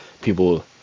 people